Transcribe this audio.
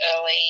early